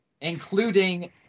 Including